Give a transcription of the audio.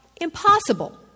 impossible